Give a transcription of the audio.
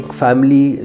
family